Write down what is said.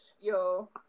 Yo